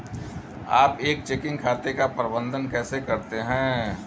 आप एक चेकिंग खाते का प्रबंधन कैसे करते हैं?